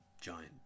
giant